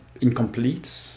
incomplete